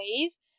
ways